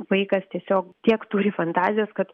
vaikas tiesiog tiek turi fantazijos kad